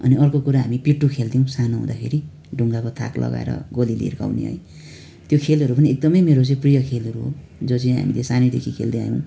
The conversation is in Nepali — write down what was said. अनि अर्को कुरा हामी पिट्टु खेल्थ्यौँ सानो हुँदाखेरि ढुङ्गाको थाक लगाएर गोलीले हिर्काउने है त्यो खेलहरू पनि एकदमै मेरो चाहिँ प्रिय खेलहरू हो जो चाहिँ हामीले सानैदेखि खेल्दै आयौँ